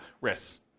risks